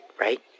right